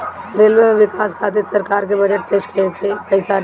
railway में बिकास खातिर सरकार के बजट पेश करके पईसा लेहल जाला